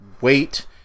wait